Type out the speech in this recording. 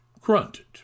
grunted